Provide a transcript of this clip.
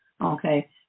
Okay